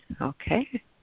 Okay